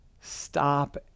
stop